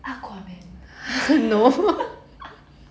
aquaman